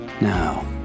Now